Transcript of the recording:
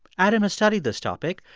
adam has studied this topic.